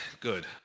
good